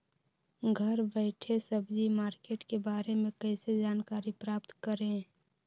घर बैठे सब्जी मार्केट के बारे में कैसे जानकारी प्राप्त करें?